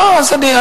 א.